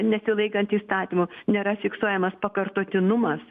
nesilaikant įstatymų nėra fiksuojamas pakartotinumas